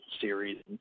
series